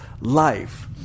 life